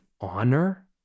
honor